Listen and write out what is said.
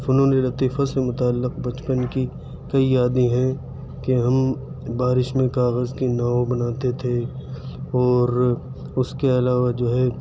فنونِ لطیفہ سے متعلق بچپن کی کئی یادیں ہیں کہ ہم بارش میں کاغذ کی ناؤ بناتے تھے اور اُس کے علاوہ جو ہے